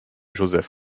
joseph